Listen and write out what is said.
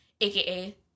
aka